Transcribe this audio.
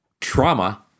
Trauma